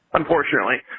unfortunately